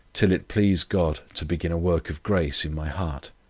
till it pleased god to begin a work of grace in my heart.